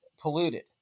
polluted